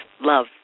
love